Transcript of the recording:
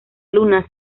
luna